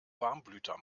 warmblüter